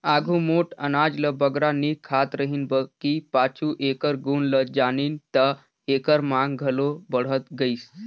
आघु मोट अनाज ल बगरा नी खात रहिन बकि पाछू एकर गुन ल जानिन ता एकर मांग घलो बढ़त गइस